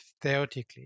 theoretically